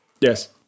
Yes